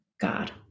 God